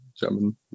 German